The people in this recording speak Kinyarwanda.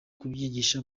kubyigisha